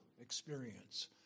experience